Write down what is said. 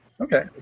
Okay